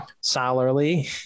Salary